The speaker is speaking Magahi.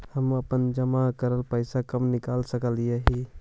हम अपन जमा करल पैसा कब निकाल सक हिय?